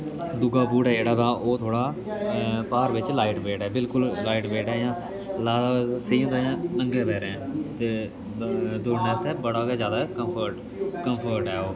दूआ बूट ऐ जेह्ड़ा तां ओह् थोह्ड़ा भार बिच्च लाइट वेट ऐ बिलकुल लाइट वेट ऐ इयां ला सेही होंदा जियां नंगे पैरें ऐ ते ब दोड़ने आस्तै बड़ा गै ज्यादा कम्फोर्ट कम्फोर्ट ऐ ओह्